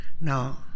Now